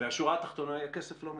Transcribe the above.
השורה התחתונה היא שהכסף לא מגיע.